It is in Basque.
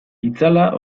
itzala